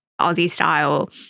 Aussie-style